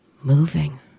moving